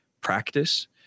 practice